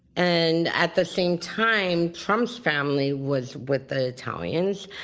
and at the same time trump's family was with the italians.